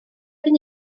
fynd